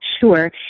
Sure